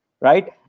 right